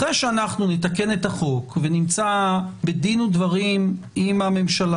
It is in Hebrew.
אחרי שאנחנו נתקן את החוק ונמצא בדין ודברים עם הממשלה